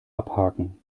abhaken